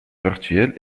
virtuelles